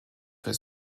für